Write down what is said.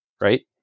right